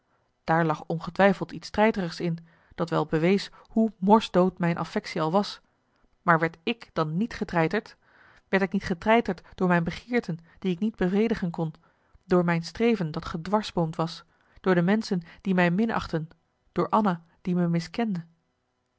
daar lag ongetwijfeld iets treiterigs in dat wel bewees hoe morsdood mijn affectie al was maar werd ik dan niet getreiterd werd ik niet getreiterd door mijn begeerten die ik niet bevredigen kon door mijn streven dat gedwarsboomd was door de menschen die mij minachtten door anna die me miskende